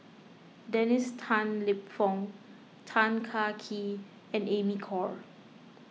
Dennis Tan Lip Fong Tan Kah Kee and Amy Khor